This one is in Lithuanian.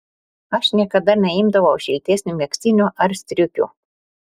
aš niekada neimdavau šiltesnių megztinių ar striukių